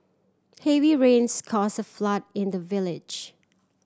heavy rains caused a flood in the village